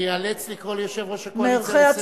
אני איאלץ לקרוא את יושב-ראש הקואליציה לסדר.